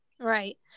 Right